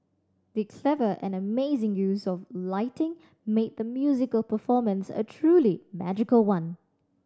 the clever and amazing use of lighting made the musical performance a truly magical one